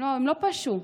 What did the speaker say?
הם לא פשעו,